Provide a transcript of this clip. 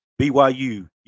BYU